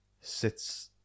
sits